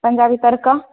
पञ्जाबी तड़का